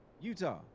Utah